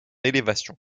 élévation